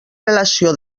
relació